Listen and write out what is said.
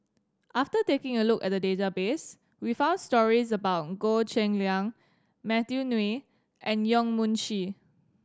after taking a look at the database we found stories about Goh Cheng Liang Matthew Ngui and Yong Mun Chee